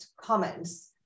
comments